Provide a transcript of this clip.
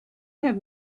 have